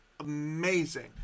amazing